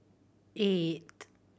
eight